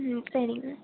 ம் சரிங்க